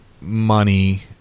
money